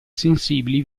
sensibili